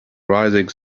rising